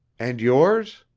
and yours?